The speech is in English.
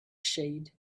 shade